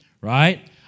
right